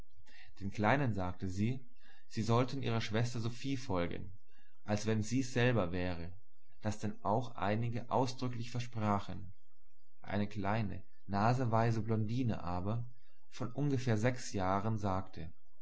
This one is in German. den kleinen sagte sie sie sollten ihrer schwester sophie folgen als wenn sie's selber wäre das denn auch einige ausdrücklich versprachen eine kleine naseweise blondine aber von ungefähr sechs jahren sagte